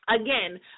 Again